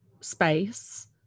space